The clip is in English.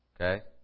Okay